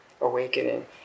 awakening